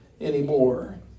anymore